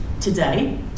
today